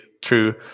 true